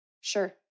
sure